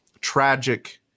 tragic